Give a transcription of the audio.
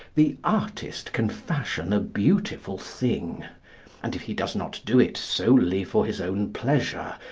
the artist can fashion a beautiful thing and if he does not do it solely for his own pleasure,